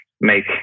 make